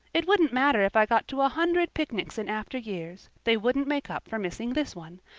it wouldn't matter if i got to a hundred picnics in after years they wouldn't make up for missing this one.